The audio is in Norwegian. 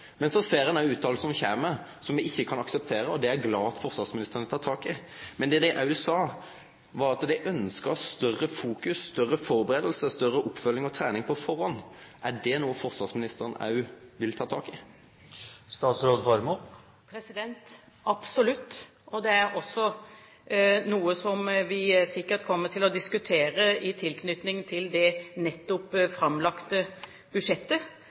Men så ser ein òg utsegner som kjem som ein ikkje kan akseptere, og det er eg glad for at forsvarsministeren vil ta tak i. Men det dei òg sa, var at dei ønskte større fokus, større førebuing, større oppfølging og trening på førehand. Er det noko forsvarsministeren òg vil ta tak i? Absolutt – og det er også noe som vi sikkert kommer til å diskutere i tilknytning til det nettopp framlagte budsjettet.